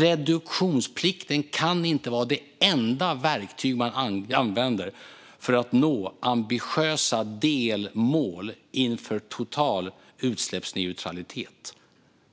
Reduktionsplikten kan inte vara det enda verktyg man använder för att nå ambitiösa delmål inför total utsläppsneutralitet.